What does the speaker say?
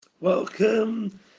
Welcome